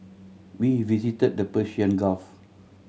we visited the Persian Gulf